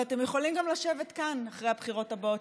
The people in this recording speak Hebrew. ואתם יכולים גם לשבת כאן אחרי הבחירות הבאות,